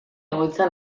egoitza